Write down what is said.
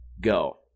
go